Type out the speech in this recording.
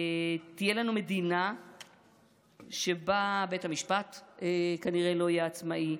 תהיה לנו מדינה שבה בית המשפט כנראה לא יהיה עצמאי,